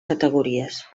categories